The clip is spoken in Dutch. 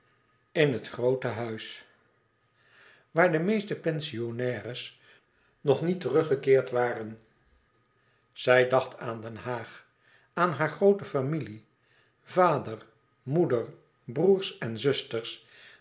in het groote huis waar de meeste pensionnaires nog niet teruggekeerd waren zij dacht aan den haag aan hare groote familie vader moeder broêrs en zusters